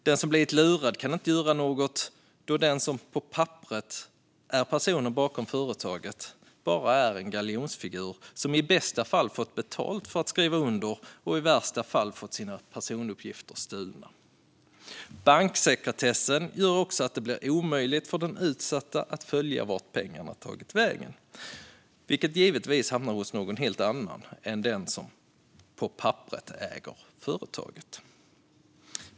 Den som har blivit lurad kan inte göra något då den som på papperet är personen bakom företaget bara är en galjonsfigur som i bästa fall fått betalt för att skriva under och i värsta fall fått sina personuppgifter stulna. Banksekretessen gör det också omöjligt för den utsatta att följa vart pengarna har tagit vägen, vilka givetvis hamnar hos någon helt annan än den som på papperet äger företaget.